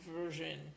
version